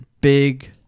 big